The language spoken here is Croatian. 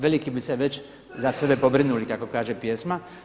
Veliki bi se već za sebe pobrinuli kako kaže pjesma.